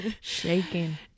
shaking